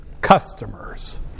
customers